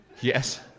Yes